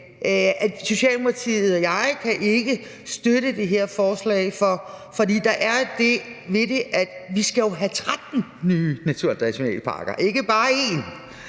Socialdemokratiet og jeg ikke kan støtte det her forslag, fordi der er det ved det, at vi jo skal have 13 nye naturnationalparker – ikke bare 1